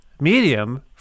medium